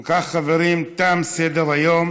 אם כך, חברים, תם סדר-היום.